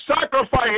sacrifice